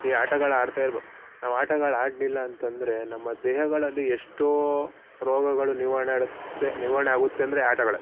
ಈ ಆಟಗಳ ಆಡ್ತಾಯಿದ್ದೋ ನಾವು ಆಟಗಳ ಆಡಲಿಲ್ಲ ಅಂತ ಅಂದ್ರೆ ನಮ್ಮ ದೇಹಗಳಲ್ಲಿ ಎಷ್ಟೋ ರೋಗಗಳು ನಿವಾರಣೆ ಆಗುತ್ತೆ ನಿವಾರಣೆ ಆಗುತ್ತೆ ಅಂದರೆ ಆಟಗಳೇ